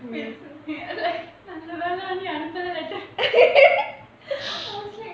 நல்லவேளை நீ அனுப்புன்னா:nallavelai nee anupuna letter I was like